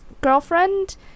girlfriend